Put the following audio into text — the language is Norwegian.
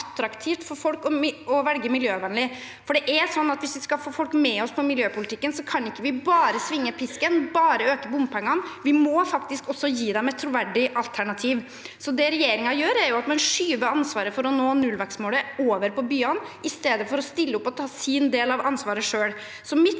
for folk å velge miljøvennlig. Hvis vi skal få folk med oss på miljøpolitikken, kan vi ikke bare svinge pisken, bare øke bompengene. Vi må faktisk også gi dem et troverdig alternativ. Det regjeringen gjør, er å skyve ansvaret for å nå nullvekstmålet over på byene, i stedet for å stille opp og ta sin del av ansvaret selv. Mitt